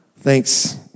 Thanks